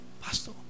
Pastor